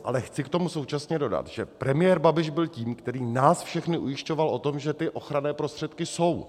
Ale chci k tomu současně dodat, že premiér Babiš byl tím, který nás všechny ujišťoval o tom, že ty ochranné prostředky jsou.